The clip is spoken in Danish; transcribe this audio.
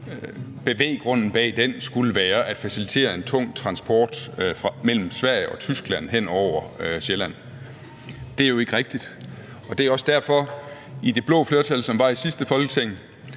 bevæggrunden bag Ring 5 Syd skulle være at facilitere en tung transport mellem Sverige og Tyskland hen over Sjælland. Det er jo ikke rigtigt, og det er også derfor, at der i det blå flertal, som var i sidste Folketing,